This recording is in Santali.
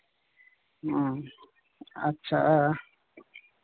ᱚ ᱟᱪᱪᱷᱟ